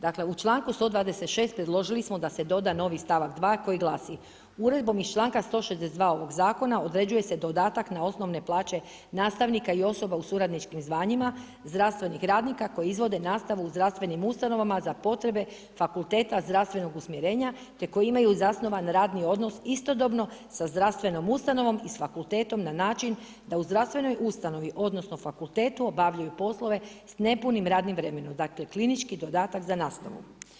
Dakle u članku 126. predložili smo da se doda novi stavak 2. koji glasi: „Uredbom iz članka 162. ovog zakona određuje se dodatak na osnovne plaće nastavnika i osoba u suradničkim zvanjima, zdravstvenih radnika koji izvode nastavu u zdravstvenim ustanovama za potrebe fakulteta zdravstvenog usmjerenja te koji imaju zasnovan radni odnos istodobno sa zdravstvenom ustanovom i sa fakultetom na način da u zdravstvenoj ustanovi, odnosno fakultetu obavljaju poslove sa nepunim radnim vremenom.“ Dakle klinički dodatak za nastavu.